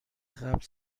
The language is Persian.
قبل